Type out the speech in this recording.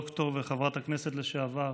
וחברת הכנסת לשעבר